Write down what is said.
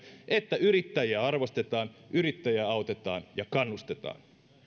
että yrittäjää arvostetaan yrittäjää autetaan ja kannustetaan